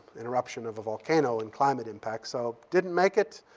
eruption of a volcano and climate impact. so didn't make it.